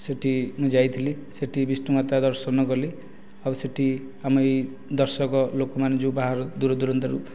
ସେ'ଠି ମୁଁ ଯାଇଥିଲି ସେ'ଠି ବିଷ୍ଟୁ ମାତା ଦର୍ଶନ କଲି ଆଉ ସେ'ଠି ଆମ ଏଇ ଦର୍ଶକ ଲୋକମାନେ ଯେଉଁ ବାହାର ଦୂରଦୁରାନ୍ତରୁ